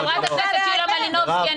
חברת הכנסת יוליה מלינובסקי.